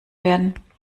werden